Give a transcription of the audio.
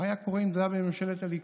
מה היה קורה אם זה היה קורה בממשלת הליכוד?